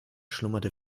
schlummerte